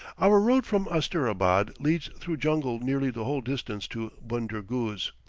our road from asterabad leads through jungle nearly the whole distance to bunder guz.